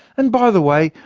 and by the way,